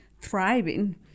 thriving